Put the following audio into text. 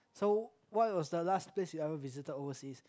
so what was the last place you ever visited overseas